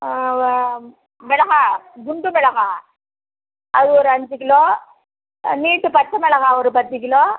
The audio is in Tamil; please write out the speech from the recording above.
வ மிளகாய் குண்டு மிளகாய் அது ஒரு அஞ்சு கிலோ ஆ நீட்ட பச்சை மிளகாய் ஒரு பத்துக் கிலோ